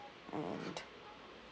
and